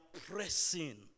pressing